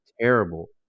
terrible